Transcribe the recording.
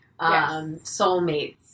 Soulmates